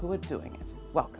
who are doing well